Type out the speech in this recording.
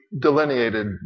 delineated